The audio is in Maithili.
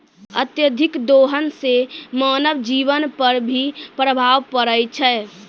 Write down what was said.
अत्यधिक दोहन सें मानव जीवन पर भी प्रभाव परै छै